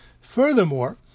Furthermore